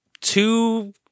two